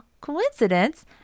Coincidence